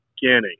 beginning